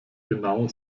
genau